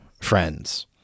friends